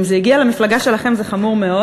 אם זה הגיע למפלגה שלכם זה חמור מאוד.